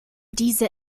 diese